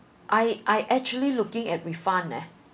I I actually looking at refund eh